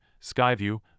Skyview